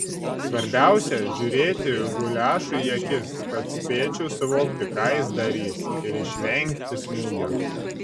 svarbiausia žiūrėti guliašui į akis kad spėčiau suvokti ką jis darys ir išvengti smūgio